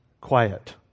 quiet